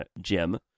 Jim